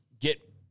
get